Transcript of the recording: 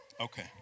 Okay